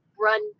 run